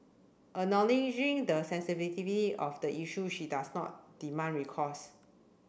acknowledging the sensitivity of the issue she does not demand recourse